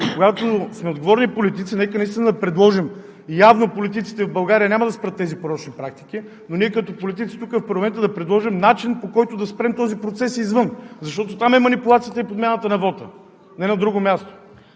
Когато сме отговорни политици, нека да предложим – явно политиците в България няма да спрат тези порочни практики, но ние като политици тук, в парламента, да предложим начин, по който да спрем този процес извън, защото там е манипулацията и подмяната на вота – не на друго място!